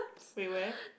wait where